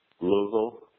Louisville